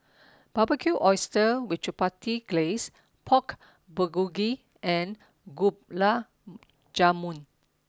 barbecued Oysters with Chipotle Glaze Pork Bulgogi and Gulab Jamun